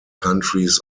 countries